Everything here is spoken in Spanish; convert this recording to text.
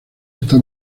está